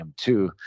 M2